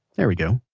there we go